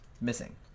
missing